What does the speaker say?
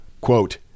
quote